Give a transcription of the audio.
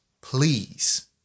please